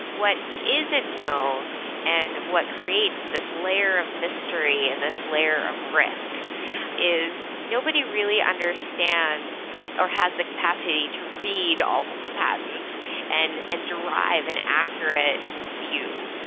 what isn't known and what creates this layer of mystery and this layer of risk is nobody really understands or has the capacity to read all of the patents and and derive an accurate view.